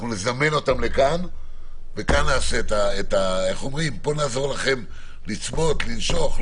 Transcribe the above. אנחנו נזמן אותם לכאן ונעזור לכם לצבוט, לנשוך.